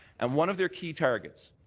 and one of their key targets,